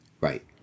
right